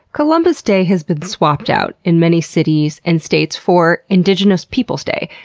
columbus day has been swapped out in many cities and states for indigenous peoples' day.